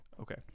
okay